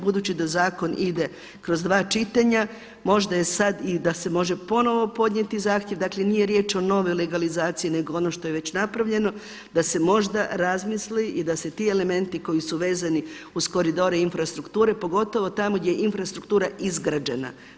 Budući da zakon ide kroz dva pitanja možda je sada i da se može ponovno podnijeti zahtjev dakle nije riječ o novoj legalizaciji, nego ono što je već napravljeno da se možda razmisli i da se ti elementi koji su vezani uz koridore infrastrukture pogotovo tamo gdje je infrastruktura izgrađena.